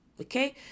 okay